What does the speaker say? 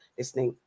listening